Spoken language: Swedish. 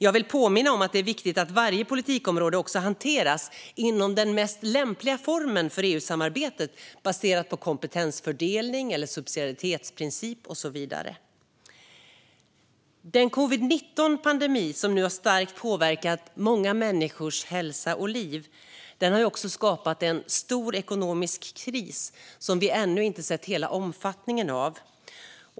Jag vill påminna om att det är viktigt att varje politikområde hanteras i den mest lämpliga formen för EU-samarbetet, baserat på kompetensfördelning eller subsidiaritetsprincip och så vidare. Den covid-19-pandemi som starkt har påverkat många människors hälsa och liv har också skapat en stor ekonomisk kris som vi ännu inte sett hela omfattningen av.